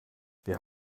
wir